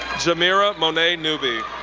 jamira monet newby,